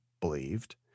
believed